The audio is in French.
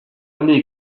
année